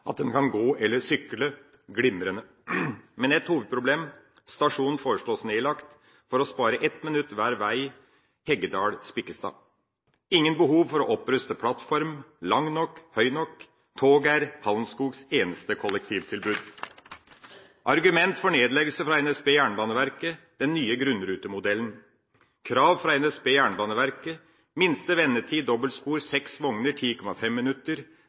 kan gå eller sykle – glimrende. Men det er et hovedproblem: Stasjonen foreslås nedlagt for å spare ett minutt hver vei Heggedal–Spikkestad. Det er ikke behov for å oppruste plattformen. Den er lang nok, høy nok. Toget er Hallenskogs eneste kollektivtilbud. Argumentet for nedleggelse fra NSB Jernbaneverket er den nye grunnrutemodellen. Kravet fra NSB Jernbaneverket er minste vendetid med dobbeltspor og 6 vogner: 10,5 minutter.